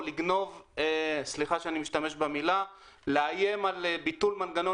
או לגנוב סליחה שאני משתמש במילה לאיים על ביטול מנגנון